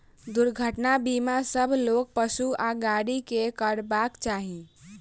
दुर्घटना बीमा सभ लोक, पशु आ गाड़ी के करयबाक चाही